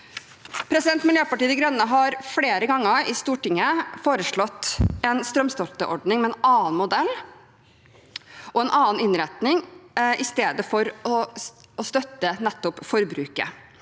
strømsparing. Miljøpartiet De Grønne har flere ganger i Stortinget foreslått en strømstøtteordning med en annen modell og en annen innretning, i stedet for å støtte forbruket.